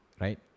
right